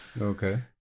Okay